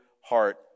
heart